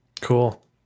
Cool